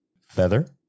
Feather